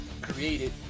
created